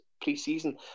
pre-season